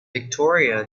victoria